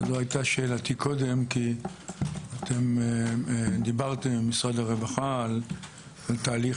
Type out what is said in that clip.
דיברתם משרד הרווחה על תהליך